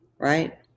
Right